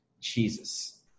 Jesus